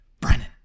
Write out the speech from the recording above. Brennan